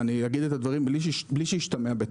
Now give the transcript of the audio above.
אגיד את הדברים בלי שישתמע בטעות.